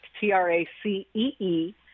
T-R-A-C-E-E